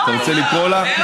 אתה רוצה לקרוא לה?